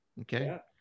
Okay